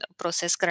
process